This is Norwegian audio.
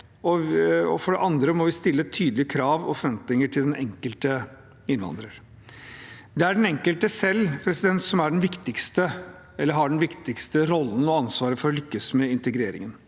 For det andre må vi stille tydelige krav og forventninger til den enkelte innvandrer. Det er den enkelte selv som har den viktigste rollen og det viktigste ansvaret for å lykkes med integreringen.